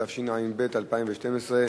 התשע"ב 2012,